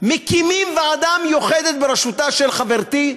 מקימים ועדה מיוחדת בראשותה של חברתי,